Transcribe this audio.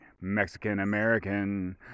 Mexican-American